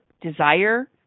desire